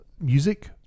music